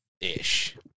ish